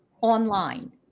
online